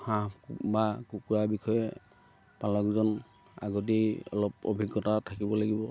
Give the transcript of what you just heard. হাঁহ বা কুকুৰাৰ বিষয়ে পালকজন আগতেই অলপ অভিজ্ঞতা থাকিব লাগিব